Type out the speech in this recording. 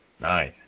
nice